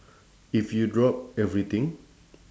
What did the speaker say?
if you drop everything